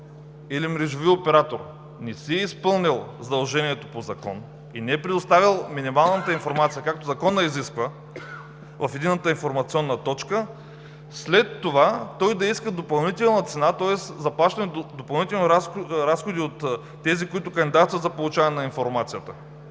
или мрежови оператор не си е изпълнил задължението по закон и не е предоставил минималната информация, както законът изисква в Единната информационна точка, след това той да иска допълнителна цена, тоест заплащане на допълнителни разходи от тези, които кандидатстват за получаване на информацията.